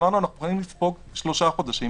אמרנו שאנחנו מוכנים לספוג שלושה חודשים.